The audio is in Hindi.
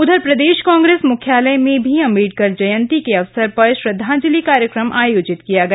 उधर प्रदेश कांग्रेस मुख्यालय में भी अंबेडकर जयन्ती के अवसर पर श्रद्वांजलि कार्यक्रम आयोजित किया गया